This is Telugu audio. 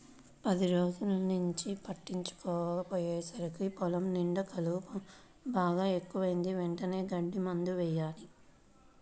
పది రోజుల్నుంచి పట్టించుకోకపొయ్యేసరికి పొలం నిండా కలుపు బాగా ఎక్కువైంది, వెంటనే గడ్డి మందు యెయ్యాల